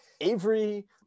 Avery